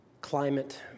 climate